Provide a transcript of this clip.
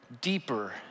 deeper